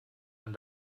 auf